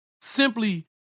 simply